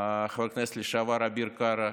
חבר הכנסת לשעבר אביר קארה?